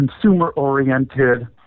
consumer-oriented